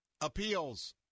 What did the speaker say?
appeals